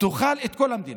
תאכל את כל המדינה.